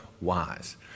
wise